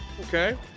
Okay